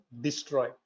destroy